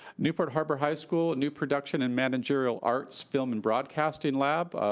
newport harbor high school, new production and managerial arts film and broadcasting lab.